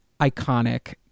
iconic